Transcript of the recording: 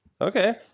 Okay